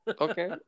Okay